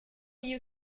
you